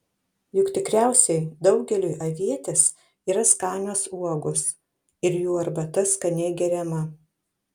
juk tikriausiai daugeliui avietės yra skanios uogos ir jų arbata skaniai geriama